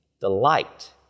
delight